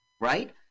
Right